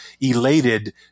elated